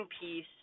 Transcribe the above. piece